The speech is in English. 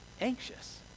anxious